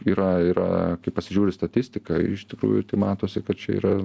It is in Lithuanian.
yra yra kai pasižiūri statistiką ir iš tikrųjų matosi kad čia yra